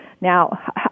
Now